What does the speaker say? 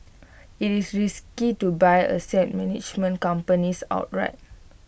IT is risky to buy asset management companies outright